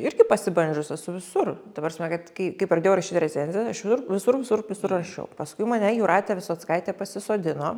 irgi pasibandžius esu visur ta prasme kad kai kai pradėjau rašyt recenzijas aš vir visur visur visur rašiau paskui mane jūratė visockaitė pasisodino